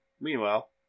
Meanwhile